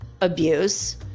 abuse